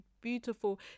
beautiful